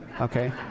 okay